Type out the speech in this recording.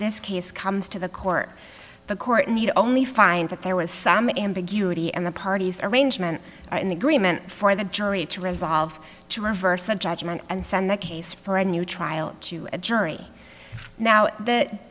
this case comes to the court the court need only find that there was some ambiguity and the parties arrangement in the greenman for the jury to resolve to reverse the judgment and send the case for a new trial to a jury now that